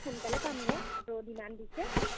সোনকালে পামগে ৰ'দ ইমান দিছে